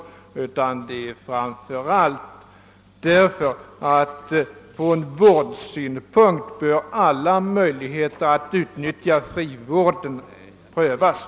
Det är framför allt därför att från vårdsynpunkt bör alla möjligheter att utnyttja frivården tillvaratas.